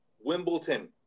Wimbledon